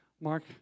Mark